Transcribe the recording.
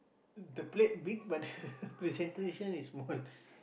the plate big but the presentation is small